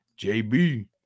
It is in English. JB